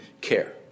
care